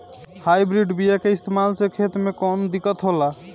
Hybrid बीया के इस्तेमाल से खेत में कौन दिकत होलाऽ?